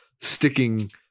sticking